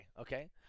Okay